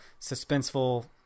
suspenseful